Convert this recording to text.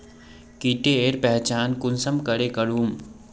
कीटेर पहचान कुंसम करे करूम?